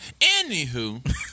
Anywho